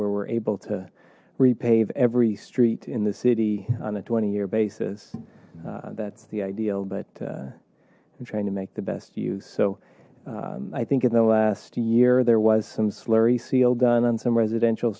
where we're able to repave every street in the city on a twenty year basis that's the ideal but i'm trying to make the best use so i think in the last year there was some slurry seal done on some residential